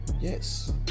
yes